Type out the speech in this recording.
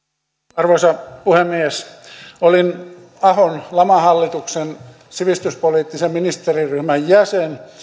arvoisa puhemies olin ahon lamahallituksen sivistyspoliittisen ministeriryhmän jäsen